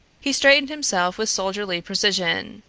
he straightened himself with soldierly precision,